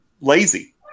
lazy